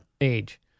age